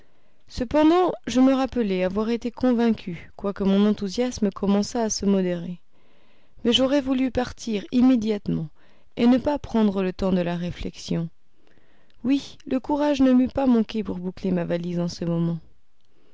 cependant je me rappelais avoir été convaincu quoique mon enthousiasme commençât à se modérer mais j'aurais voulu partir immédiatement et ne pas prendre le temps de la réflexion oui le courage ne m'eût pas manqué pour boucler ma valise en ce moment